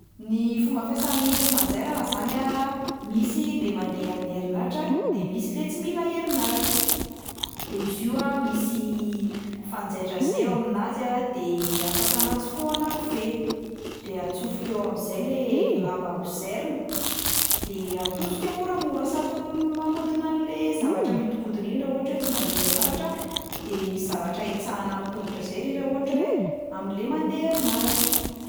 Ny fomba fiasan'ny milina fanjairana zany a, misy le mandeha amin'ny herinaratra, de misy le tsy mila herinaratra, de izy io a misy fanjaitra zay eo aminazy a de afaka anatsofohana kofehy, de atsofoka eo amin'izay le lamba hozairina, de atosika moramora sady m- manodina an'le zavatra mihondinkodina iny raha ohatra hoe tsy mandeha herinatra de misy zavatra itsahana amin'ny tongotra zay ry raha ohatra hoe amin'le mandeha herinaratra.